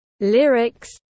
lyrics